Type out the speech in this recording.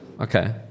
okay